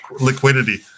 liquidity